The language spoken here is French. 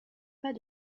pas